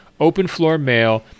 openfloormail